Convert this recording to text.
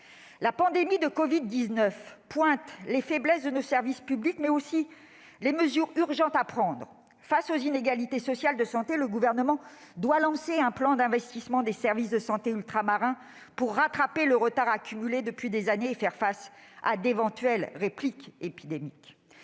La pandémie de covid-19 pointe les faiblesses de nos services publics, mais aussi les mesures urgentes à prendre. Face aux inégalités sociales de santé, le Gouvernement doit lancer un plan d'investissement en faveur des services de santé ultramarins, pour rattraper le retard accumulé depuis des années et répondre à d'éventuelles reprises épidémiques.